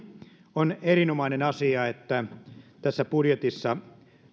on erinomainen asia että tässä budjetissa